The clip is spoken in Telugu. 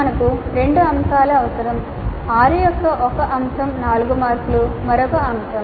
మాకు రెండు అంశాలు అవసరం 6 యొక్క ఒక అంశం 4 మార్కుల మరొక అంశం